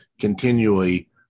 continually